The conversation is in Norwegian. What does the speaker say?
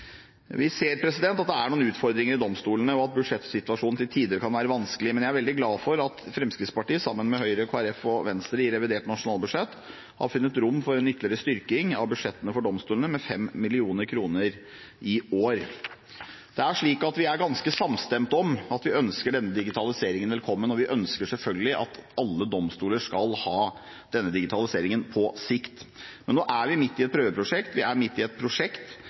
Vi ser at det er noen utfordringer i domstolene, og at budsjettsituasjonen til tider kan være vanskelig. Jeg er veldig glad for at Fremskrittspartiet, sammen med Høyre, Kristelig Folkeparti og Venstre, i revidert nasjonalbudsjett har funnet rom for en ytterligere styrking av budsjettene til domstolene med 5 mill. kr. i år. Vi er ganske samstemte om at vi ønsker denne digitaliseringen velkommen, og vi ønsker selvfølgelig at alle domstoler skal ha denne digitaliseringen på sikt. Nå er vi midt i et prøveprosjekt, vi er midt i et prosjekt